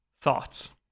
Thoughts